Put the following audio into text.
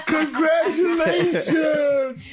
Congratulations